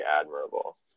admirable